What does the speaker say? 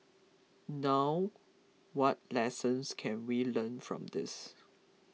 now what lessons can we learn from this